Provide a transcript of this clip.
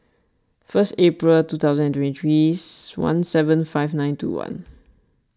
first April two thousand and twenty three one seven five nine two one